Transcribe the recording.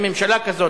עם ממשלה כזאת,